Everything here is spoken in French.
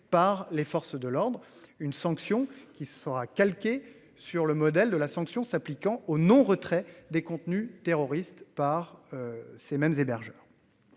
par les forces de l'ordre. Une sanction qui sera calqué sur le modèle de la sanction s'appliquant au non retrait des contenus terroristes par. Ces mêmes hébergeurs.